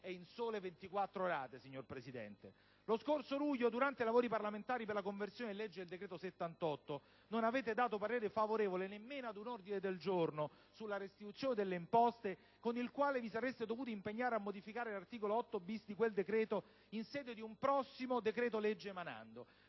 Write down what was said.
e in sole 24 rate. Lo scorso luglio, durante i lavori parlamentari per la conversione in legge del decreto-legge n. 78, non avete dato parere favorevole nemmeno ad un ordine del giorno sulla restituzione delle imposte, con il quale vi sareste dovuti impegnare a modificare l'articolo 8-*bis* di quel decreto, in sede di un prossimo decreto‑legge emanando: